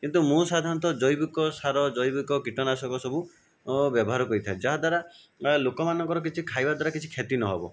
କିନ୍ତୁ ମୁଁ ସାଧାରଣତଃ ଜୈବିକ ସାର ଜୈବିକ କୀଟନାଶକ ସବୁ ବ୍ୟବହାର କରିଥାଏ ଯାହାଦ୍ୱାରା ଲୋକମାନଙ୍କର କିଛି ଖାଇବା ଦ୍ୱାରା କିଛି କ୍ଷତି ନ ହେବ